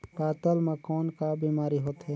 पातल म कौन का बीमारी होथे?